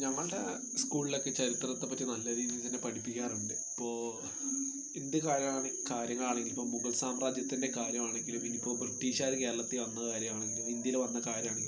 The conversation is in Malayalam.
നമ്മളുടെ സ്കുളിലൊക്കെ ചരിത്രത്തെ പറ്റി നല്ല രീതിയിൽ തന്നെ പഠിപ്പിക്കാറുണ്ട് ഇപ്പോൾ എന്ത് കാര്യ കാര്യങ്ങൾ ആണെങ്കിലും ഇപ്പോൾ മുഗൾ സാമ്രാജ്യത്തിൻ്റെ കാര്യമാണെങ്കിലും ഇനിയിപ്പോൾ ബ്രിട്ടീഷുകാർ കേരളത്തിൽ വന്ന കാര്യമാണെങ്കിലും ഇന്ത്യയിൽ വന്ന കാര്യമാണെങ്കിലും